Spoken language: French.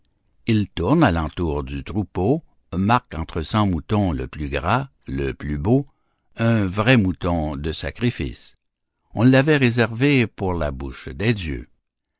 il tourne à l'entour du troupeau marque entre cent moutons le plus gras le plus beau un vrai mouton de sacrifice on l'avait réservé pour la bouche des dieux